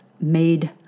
made